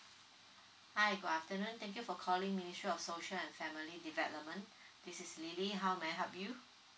hi good afternoon thank you for calling ministry of social and family development this is lily how may I help you